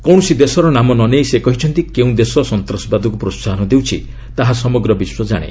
କୌଣସି ଦେଶର ନାମ ନନେଇ ସେ କହିଛନ୍ତି କେଉଁ ଦେଶ ସନ୍ତାସବାଦକୁ ପ୍ରୋସାହନ ଦେଉଛି ତାହା ସମଗ୍ର ବିଶ୍ୱ ଜାଶେ